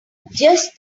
just